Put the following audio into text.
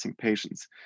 patients